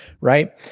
right